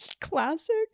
Classic